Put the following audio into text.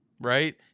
Right